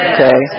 Okay